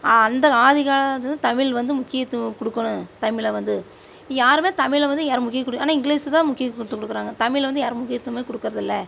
அந்த ஆதி காலத்துலிருந்து தமிழ் வந்து முக்கியத்துவம் கொடுக்கோணும் தமிழை வந்து யாருமே தமிழை வந்து யாரும் முக்கிய குடுக் ஆனால் இங்கிலீஸ் தான் முக்கியதுக்கு கொடுக்குறாங்க தமிழை வந்து யாருமே முக்கியத்துவமே கொடுக்கறதில்ல